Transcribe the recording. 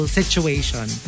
situation